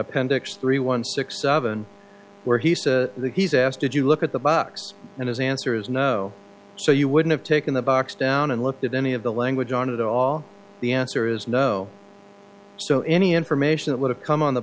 appendix three one six seven where he says he's asked did you look at the box and his answer is no so you wouldn't have taken the box down and looked at any of the language on it at all the answer is no so any information that would have come on the